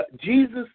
Jesus